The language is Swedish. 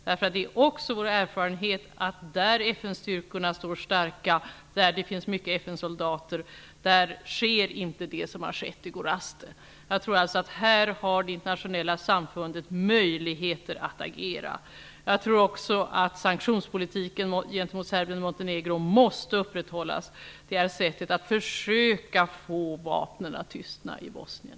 Det är också vår erfarenhet att där FN-styrkorna står starka, där det finns många FN-soldater, där sker inte det som har skett i Gorazde. Här har det internationella samfundet möjligheter att agera. Jag tror också att sanktionspolitiken gentemot Serbien och Montenegro måste upprätthållas. Det är ett sätt att försöka få vapnen att tystna i Bosnien.